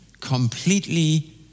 completely